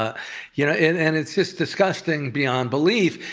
ah you know and and it's just disgusting beyond belief,